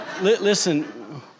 Listen